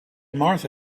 martha